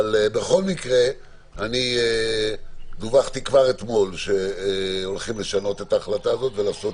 אבל בכל מקרה דווחתי כבר אתמול שהולכים לשנות את ההחלטה הזאת ולעשות